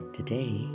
Today